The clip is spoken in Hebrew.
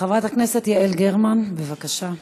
חברת הכנסת יעל גרמן, בבקשה.